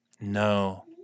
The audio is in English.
No